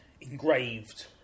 engraved